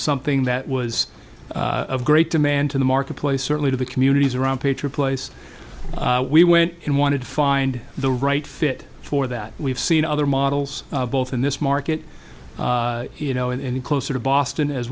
something that was of great demand to the marketplace certainly to the communities around pitcher place we went and wanted to find the right fit for that we've seen other models both in this market you know in closer to boston as